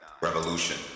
Revolution